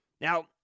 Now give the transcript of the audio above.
Now